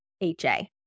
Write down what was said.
HA